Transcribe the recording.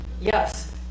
Yes